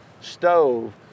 stove